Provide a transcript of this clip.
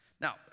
Now